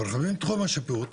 מרחיבים את תחום השיפוט,